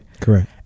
Correct